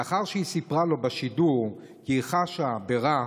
לאחר שהיא סיפרה לו בשידור שהיא חשה ברע,